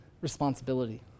responsibility